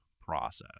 process